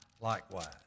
likewise